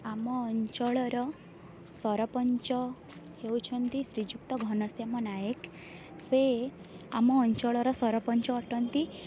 ଆମ ଅଞ୍ଚଳର ସରପଞ୍ଚ ହେଉଛନ୍ତି ଶ୍ରୀଯୁକ୍ତ ଘନଶ୍ୟାମ ନାୟକ ସେ ଆମ ଅଞ୍ଚଳର ସରପଞ୍ଚ ଅଟନ୍ତି